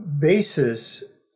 basis